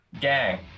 gang